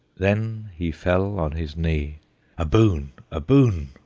then he fell on his knee a boon, a boon,